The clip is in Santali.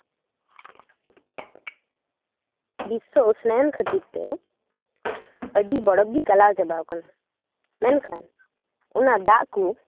ᱵᱤᱥᱥᱚ ᱩᱥᱱᱟᱭᱚᱱ ᱠᱷᱟᱹᱛᱤᱨᱛᱮ ᱟᱹᱰᱤ ᱵᱚᱨᱚᱯ ᱜᱮ ᱜᱟᱞᱟᱣ ᱪᱟᱵᱟᱣᱟᱠᱟᱱᱟ ᱢᱮᱱᱠᱷᱟᱱ ᱚᱱᱟ ᱫᱟᱜ ᱠᱚ